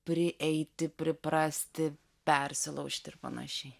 prieiti priprasti persilaužti ir panašiai